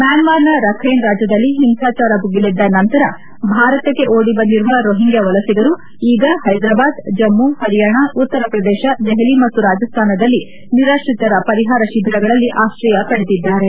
ಮ್ಲಾನ್ಸಾರ್ನ Rakhine ರಾಜ್ಯದಲ್ಲಿ ಹಿಂಸಾಚಾರ ಭುಗಿಲೆದ್ದ ನಂತರ ಭಾರತಕ್ಷೆ ಓಡಿಬಂದಿರುವ ರೋಹಿಂಗ್ಲಾ ವಲಸಿಗರು ಈಗ ಹೈದರಾಬಾದ್ ಜಮ್ನು ಪರಿಯಾಣ ಉತ್ತರ ಪ್ರದೇಶ ದೆಹಲಿ ಮತ್ತು ರಾಜಸ್ಥಾನದಲ್ಲಿ ನಿರಾತ್ರಿತರ ಪರಿಹಾರ ಶಿಬಿರಗಳಲ್ಲಿ ಆತ್ರೆಯ ಪಡೆದಿದ್ದಾರೆ